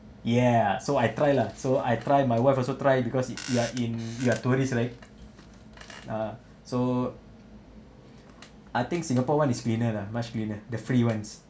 yeah so I try lah so I try my wife also try because it you are in you are tourist right ah so I think singapore one is cleaner lah much cleaner the free ones